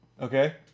okay